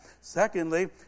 Secondly